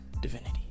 divinity